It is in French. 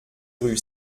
rue